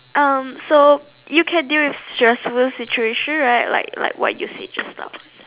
um so you can deal with stressful situation right like like what you said just now